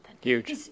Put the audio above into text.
Huge